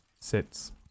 sits